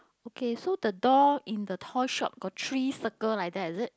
okay so the door in the toy shop got three circle like that is it